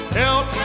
help